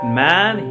man